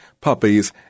puppies